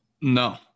No